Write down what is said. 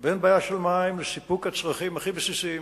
ואין בעיה של מים לסיפוק הצרכים הכי בסיסיים